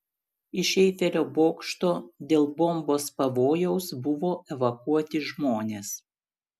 iš eifelio bokšto dėl bombos pavojaus buvo evakuoti žmonės